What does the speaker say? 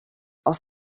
aus